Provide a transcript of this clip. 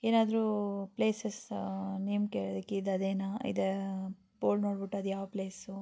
ಏನಾದರೂ places name ಕೇಳಿದ್ದಕ್ಕೆ ಇದು ಅದೇನಾ ಇದು ಬೋರ್ಡ್ ನೋಡಿಬಿಟ್ಟು ಅದು ಯಾವ ಪ್ಲೇಸು